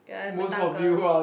ya and my 大哥